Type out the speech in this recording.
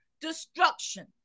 destruction